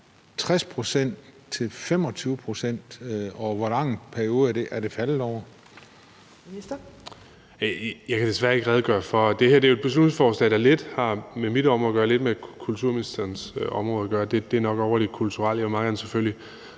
Indenrigs- og boligministeren (Kaare Dybvad Bek): Jeg kan desværre ikke redegøre for det. Det her er jo et beslutningsforslag, der lidt har med mit område at gøre og lidt med kulturministerens område at gøre. Det der er nok ovre i det kulturelle. Jeg vil selvfølgelig